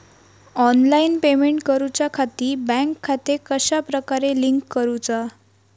Online payment करुच्याखाती bank खाते कश्या प्रकारे लिंक करुचा?